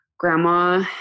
grandma